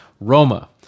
Roma